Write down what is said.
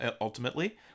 ultimately